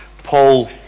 Paul